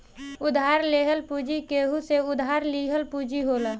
उधार लेहल पूंजी केहू से उधार लिहल पूंजी होला